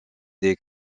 des